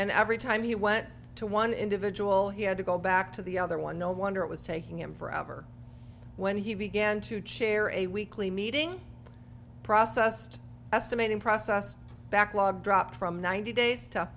and every time he went to one individual he had to go back to the other one no wonder it was taking him forever when he began to chair a weekly meeting processed estimating process backlog dropped from ninety days to